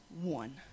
one